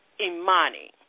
Imani